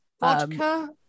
vodka